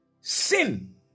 sin